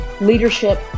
leadership